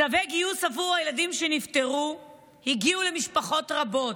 צווי גיוס עבור הילדים שנפטרו הגיעו למשפחות רבות.